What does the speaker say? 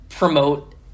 Promote